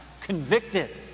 convicted